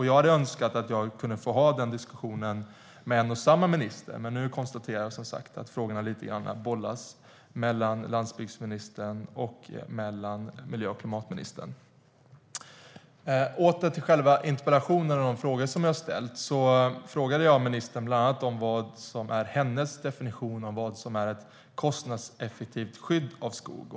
Jag hade önskat att jag kunde få ha den diskussionen med en och samma minister, men nu konstaterar jag alltså att frågorna bollas mellan landsbygdsministern och klimat och miljöministern. Åter till själva interpellationen och de frågor jag ställt. Jag frågade bland annat ministern om hennes definition av ett kostnadseffektivt skydd av skog.